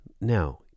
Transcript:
now